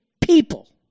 people